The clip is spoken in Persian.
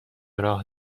راه